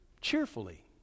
cheerfully